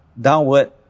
downward